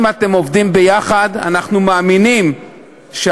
אם אתם עובדים ביחד, אנחנו מאמינים שאכן